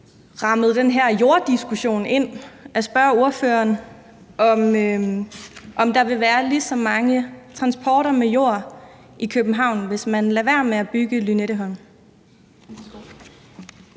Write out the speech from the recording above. rammet den her jorddiskussion ind, tænke mig at spørge ordføreren, om der vil være lige så mange transporter med jord i København, hvis man lader være med at bygge Lynetteholmen.